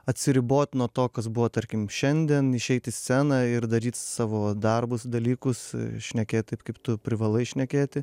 atsiribot nuo to kas buvo tarkim šiandien išeiti į sceną ir daryti savo darbus dalykus šnekėt taip kaip tu privalai šnekėti